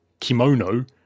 kimono